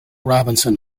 robinson